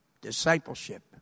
Discipleship